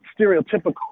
stereotypical